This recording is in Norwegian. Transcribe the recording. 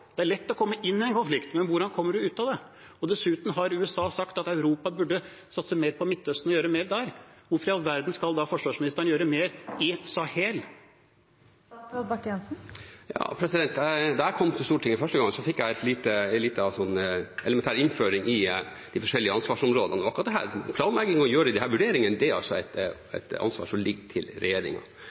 Det er lett å komme inn i en konflikt, men hvordan kommer man ut av det? Dessuten har USA sagt at Europa burde satse mer på Midtøsten og gjøre mer der. Hvorfor i all verden skal da forsvarsministeren gjøre mer i Sahel? Da jeg kom til Stortinget første gang, fikk jeg en elementær innføring i de forskjellige ansvarsområdene, og akkurat dette – planlegging og å gjøre disse vurderingene – er et ansvar som ligger til